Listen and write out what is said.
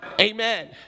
Amen